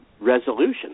resolution